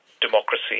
democracy